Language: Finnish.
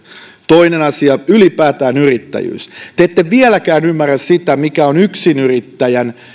toinen asia ylipäätään yrittäjyys te ette vieläkään ymmärrä sitä mikä on yksinyrittäjän